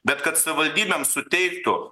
bet kad savivaldybėms suteiktų